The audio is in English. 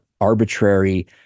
arbitrary